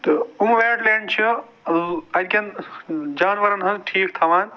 تہٕ یِم wetland چھِ ٲں اَتہِ کیٚن جانوَرَن ہنٛز ٹھیٖک تھاوان